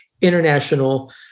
international